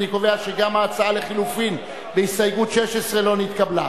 אני קובע שגם ההצעה לחלופין בהסתייגות 16 לא נתקבלה.